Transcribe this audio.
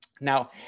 Now